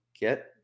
get